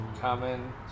common